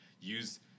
use